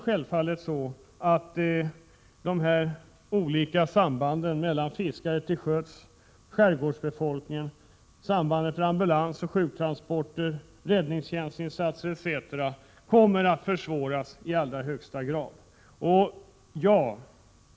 Självfallet kommer olika samband — t.ex. fiskare till sjöss — skärgårdsbefolkningen, sjuktransporter — räddningstjänstinsatser etc. — att försvåras i allra högsta grad.